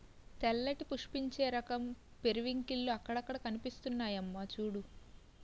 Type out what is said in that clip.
తెల్లటి పుష్పించే రకం పెరివింకిల్లు అక్కడక్కడా కనిపిస్తున్నాయమ్మా చూడూ